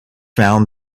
found